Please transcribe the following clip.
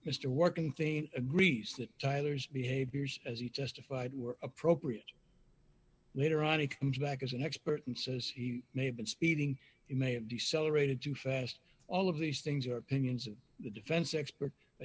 mr working thing agrees that tyler's behaviors as he testified were appropriate later on he comes back as an expert and says he may have been speeding may have decelerated too fast all of these things are opinions of the defense expert a